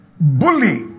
bully